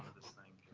this thing